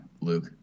Luke